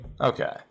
Okay